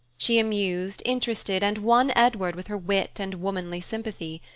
she amused, interested and won edward with her wit and womanly sympathy.